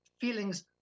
feelings